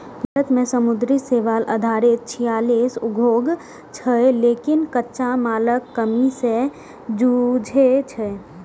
भारत मे समुद्री शैवाल आधारित छियालीस उद्योग छै, लेकिन कच्चा मालक कमी सं जूझै छै